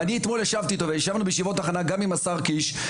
ואני אתמול ישבתי איתו וישבנו בישיבות הכנה גם עם השר קיש,